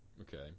Okay